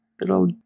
little